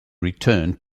returned